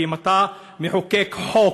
כי אם אתה מחוקק חוק,